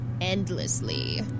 endlessly